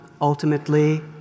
ultimately